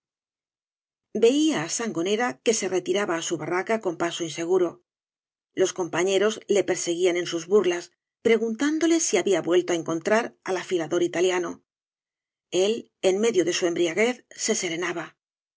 veía á sangonera que se retiraba á bu barraca q paso inseguro los compañeros io perseguían con sus burlas preguntándole sí había vuelto á encontrar al afilador italiano el en medio de su embriaguez se serenaba